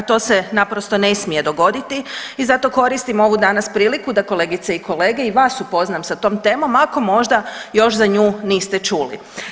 se naprosto ne smije dogoditi i zato koristim ovu danas priliku da kolegice i kolege, i vas upoznam sa tom temom ako možda još za nju niste čuli.